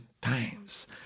times